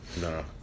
No